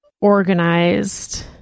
organized